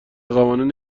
قوانین